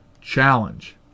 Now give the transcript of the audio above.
Challenge